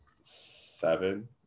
seven